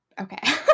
Okay